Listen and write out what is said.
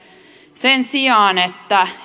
sen sijaan että